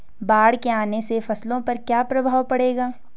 बाढ़ के आने से फसलों पर क्या प्रभाव पड़ेगा?